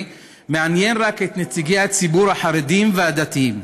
מעניין רק את נציגי הציבור החרדים והדתיים.